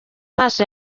maso